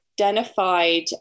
identified